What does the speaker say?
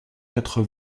quatre